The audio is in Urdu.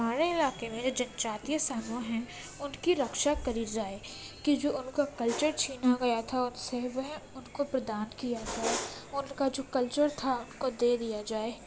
ہمارے علاقے میں جو جن جاتیہ سموہ ہیں ان کی رکشا کری جائے کہ جو ان کا کلچر چھینا گیا تھا ان سے وہ ان کو پردان کیا جائے ان کا جو کلچر تھا ان کو دے دیا جائے